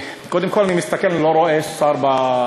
קודם כול אני מסתכל ואני לא רואה שר במליאה.